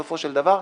בסופו של דבר,